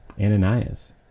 ananias